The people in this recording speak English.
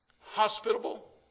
Hospitable